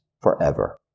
forever